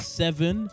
seven